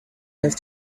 have